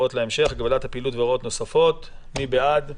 החדש (הוראת שעה) (הגבלת פעילות והוראות נוספות) (תיקון מס'